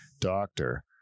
doctor